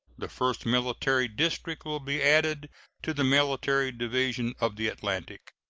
the first military district will be added to the military division of the atlantic.